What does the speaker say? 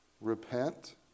Repent